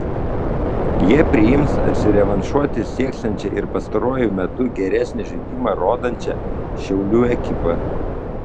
jie priims atsirevanšuoti sieksiančią ir pastaruoju metu geresnį žaidimą rodančią šiaulių ekipą